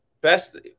Best